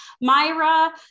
Myra